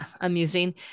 amusing